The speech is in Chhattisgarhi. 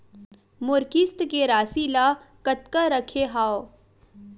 मोर किस्त के राशि ल कतका रखे हाव?